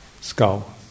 skull